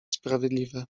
sprawiedliwie